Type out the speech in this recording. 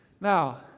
Now